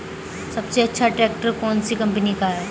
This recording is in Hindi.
सबसे अच्छा ट्रैक्टर कौन सी कम्पनी का है?